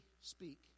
speak